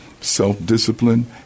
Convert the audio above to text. self-discipline